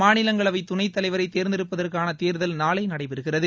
மாநிலங்களவைத்துணைத்தலைவரை தேர்ந்தெடுப்பதற்கான தேர்தல் நாளை நடைபெறுகிறது